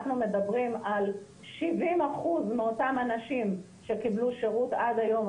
אנחנו מדברים על 70% מאותם אנשים שקיבלו שירות עד היום,